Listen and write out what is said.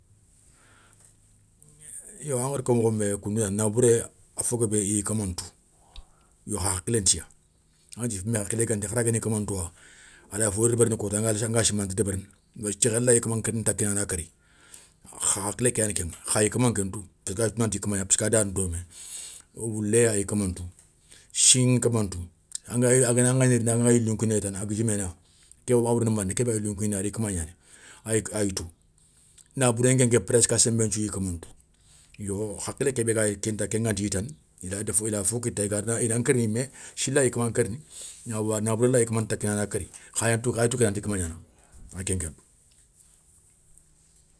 Yo angada ko mokhon bé koundougnana nabouré a fo guébé iyi kaman tou yo kha hakhilén tiya, aŋatou founbé hakhilé gantéye har gui kamman touwa a rawa rini fo débéri kota anga simana anta débérini wathia diékhé layi i kaman ntakini a na kéri, kha hakhilé ké yani kéŋa khayi kamma nke ntou, nké nké ayatou nanti kama gnana parceque adayani dommé, woulé ayi kaman tou, si ŋi kaman tou, a ga na gni angana gni rini anga yilou nkinéy tana a guidjimé na, ke nkha wouréni mané ké bé yiloun kinéye nkama gnani, a ya tou. Nabouren nkénké a senbe presque ayi kamantou. Yo hakhilé kébé gayi kenta kénganti tane, i da fo kita ina nkéri yimé, si layi nkama nkérini, nabouré layi kaman takini a na kéri, khayatou ké nanti kamagnani ay ken kentou.